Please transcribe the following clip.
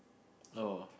oh